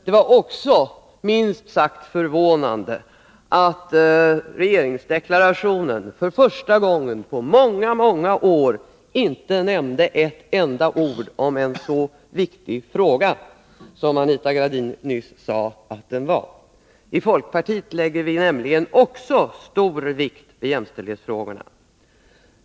Det var också minst sagt förvånande att det i regeringsdeklarationen för första gången på många år inte nämndes ett enda ord i en så viktig fråga — som Anita Gradin nyss sade att den är. I folkpartiet lägger vi nämligen också stor vikt vid jämställdhetsfrågorna.